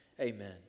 Amen